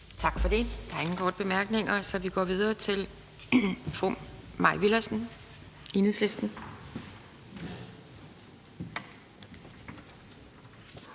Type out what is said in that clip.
Tak for det. Der er ingen korte bemærkninger, så vi går videre til fru Mai Villadsen, Enhedslisten.